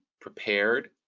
prepared